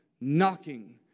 knocking